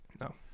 No